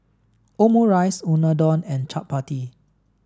Omurice Unadon and Chapati